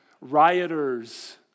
rioters